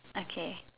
okay